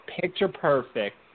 picture-perfect